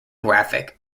graphic